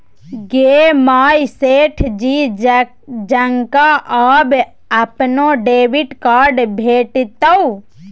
गे माय सेठ जी जकां आब अपनो डेबिट कार्ड भेटितौ